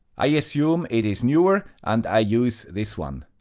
i assume it is newer, and i use this one.